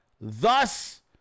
thus